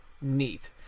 neat